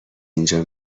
اینجا